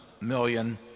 million —